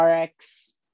rx